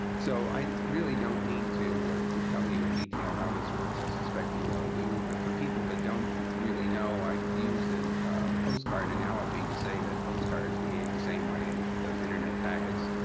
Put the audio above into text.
so, i really don't need to to tell you in detail how this works. i suspect you all do. but for people that don't really know, i have used and a postcard analogy to say that postcards behave the same way as internet packets.